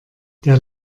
der